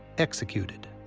executed.